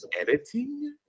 editing